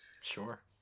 Sure